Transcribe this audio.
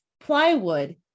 plywood